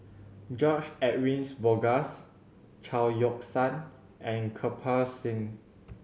George Edwin Bogaars Chao Yoke San and Kirpal Singh